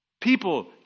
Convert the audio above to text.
People